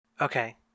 Okay